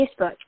Facebook